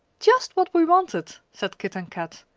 just what we wanted! said kit and kat.